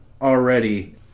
already